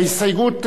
ההסתייגות,